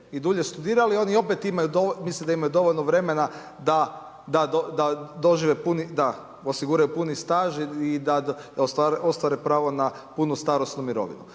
i dulje studirali, oni opet imaju, mislim da imaju dovoljno vremena osiguraju puni staž i da ostvare pravo na punu starosnu mirovinu.